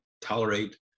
tolerate